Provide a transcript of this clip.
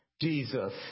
Jesus